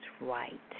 right